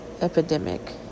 epidemic